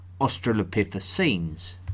Australopithecines